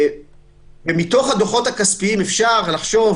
מתוך הדוחות הכספיים אפשר לחשוב